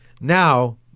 now